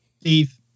Steve